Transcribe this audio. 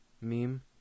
meme